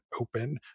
open